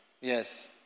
Yes